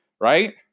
right